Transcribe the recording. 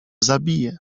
zabije